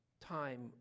time